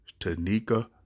Tanika